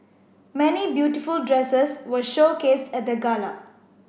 many beautiful dresses were showcased at the gala